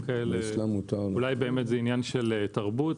עניין של תרבות.